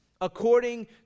according